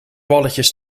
balletjes